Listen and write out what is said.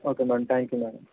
okay madam thank you madam